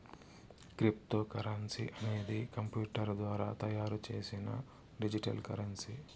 cryptocurrency అనేది computer ద్వారా తయారు చేసిన డిజిటల్ కరెన్సీ